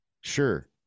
sure